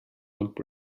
breed